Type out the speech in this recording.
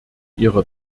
ihrer